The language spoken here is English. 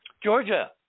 Georgia